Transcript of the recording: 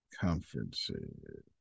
conferences